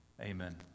Amen